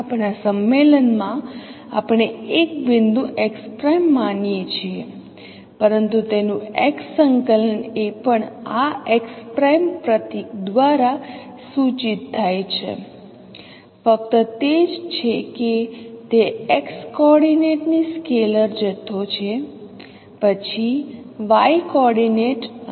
આપણા સંમેલનમાં આપણે એક બિંદુ x' માનીએ છીએ પરંતુ તેનું x સંકલન એ પણ આ x' પ્રતીક દ્વારા સૂચિત થાય છે ફક્ત તે જ છે કે તે X કોઓર્ડિનેટ ની સ્કેલર જથ્થો છે પછી Y કોઓર્ડિનેટ અને 1